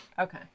Okay